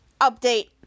Update